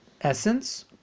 essence